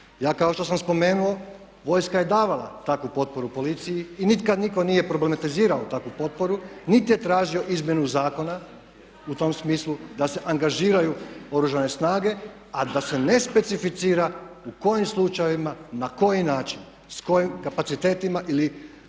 Ja kao što sam spomenuo vojska je davala takvu potporu policiji i nikada nitko nije problematizirao takvu potporu niti je tražio izmjenu zakona u tom smislu da se angažiraju Oružane snage a da se ne specificira u kojim slučajevima, na koji način, s kojim kapacitetima ili